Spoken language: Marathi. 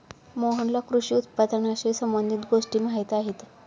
मोहनला कृषी उत्पादनाशी संबंधित गोष्टी माहीत आहेत